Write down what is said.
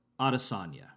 Adesanya